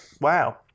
Wow